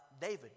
David